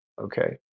okay